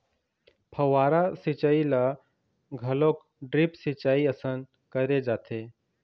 फव्हारा सिंचई ल घलोक ड्रिप सिंचई असन करे जाथे